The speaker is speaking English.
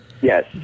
Yes